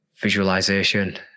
visualization